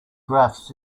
graphs